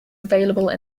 available